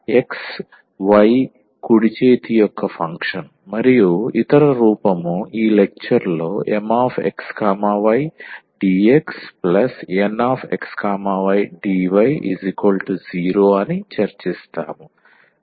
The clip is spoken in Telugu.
𝑥 y కుడి చేతి యొక్క ఫంక్షన్ మరియు ఇతర రూపం ఈ లెక్చర్ లో 𝑀𝑥 𝑦 𝑑𝑥 𝑁𝑥 𝑦 𝑑𝑦 0 అని చర్చిస్తాము